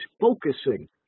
focusing